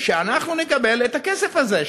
שאנחנו נקבל את הכסף הזה,